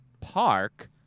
park